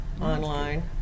online